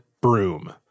broom